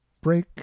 Break